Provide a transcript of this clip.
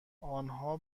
آنها